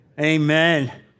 amen